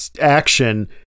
action